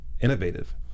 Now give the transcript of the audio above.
innovative